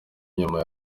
nyuma